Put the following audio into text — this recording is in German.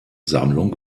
sammlung